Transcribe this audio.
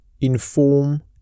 inform